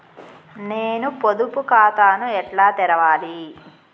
నేను పొదుపు ఖాతాను ఎట్లా తెరవాలి?